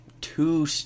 two